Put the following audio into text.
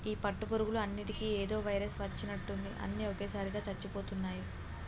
ఈ పట్టు పురుగులు అన్నిటికీ ఏదో వైరస్ వచ్చినట్టుంది అన్ని ఒకేసారిగా చచ్చిపోతున్నాయి